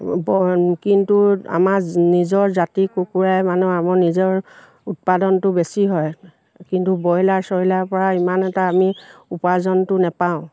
কিন্তু আমাৰ নিজৰ জাতি কুকুৰাই মানুহ আমাৰ নিজৰ উৎপাদনটো বেছি হয় কিন্তু ব্ৰইলাৰ চইলাৰ পৰা ইমান এটা আমি উপাৰ্জনটো নেপাওঁ